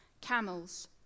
camels